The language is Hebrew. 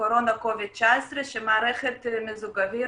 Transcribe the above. קורונה 19-COVID שמערכת מיזוג אויר